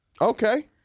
Okay